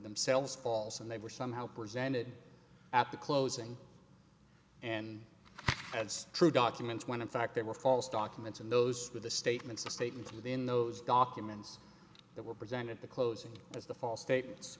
themselves false and they were somehow presented at the closing and that's true documents when in fact they were false documents and those were the statements of statements within those documents that were present at the closing as the false statements